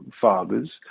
fathers